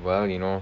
well you know